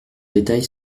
détail